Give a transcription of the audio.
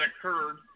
occurred